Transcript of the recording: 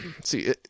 See